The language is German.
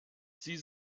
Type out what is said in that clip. sie